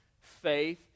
faith